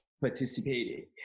participating